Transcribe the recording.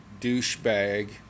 douchebag